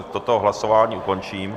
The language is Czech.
Toto hlasování ukončím.